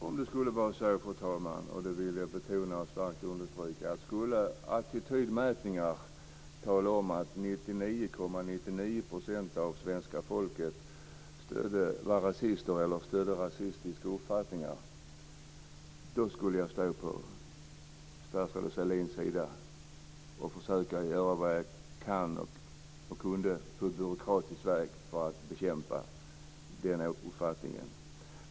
Fru talman! Om det skulle vara så, och det vill jag starkt betona och understryka, att attitydmätningar talade om att 99,9 % av svenska folket var rasister eller stödde rasistiska uppfattningar skulle jag stå på statsrådet Sahlins sida och försöka på byråkratisk väg göra vad jag kunde för att bekämpa den uppfattningen.